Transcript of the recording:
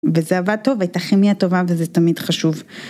וזה עבד טוב, הייתה כימיה טובה וזה תמיד חשוב.